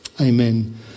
Amen